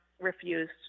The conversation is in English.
refused